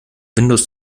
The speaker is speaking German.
windows